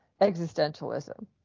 existentialism